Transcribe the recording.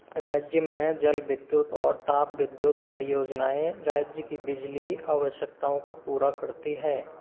राज्य में जल विद्युत और ताप विद्युत परियोजनाएं राज्य की बिजली आवश्यकताओं को पूरा करती हैं